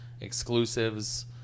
exclusives